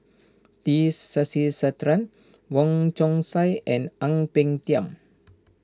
T Sasitharan Wong Chong Sai and Ang Peng Tiam